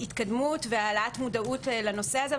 התקדמות והעלאת מודעות לנושא הזה.